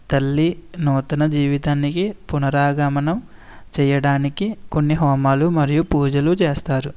తల్లి నూతన జీవితానికి పునరాగమనం చేయడానికి కొన్ని హోమాలు మరియు పూజలు చేస్తారు